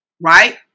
Right